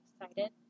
excited